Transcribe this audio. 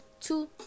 two